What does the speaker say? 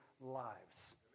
lives